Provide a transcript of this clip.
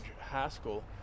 Haskell